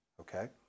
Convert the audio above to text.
Okay